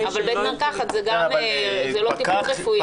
בית מרקחת זה לא טיפול רפואי.